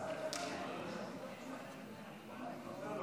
אם כן, להלן התוצאות: בעד,